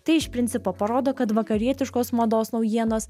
tai iš principo parodo kad vakarietiškos mados naujienos